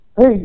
hey